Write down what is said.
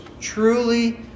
truly